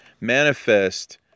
manifest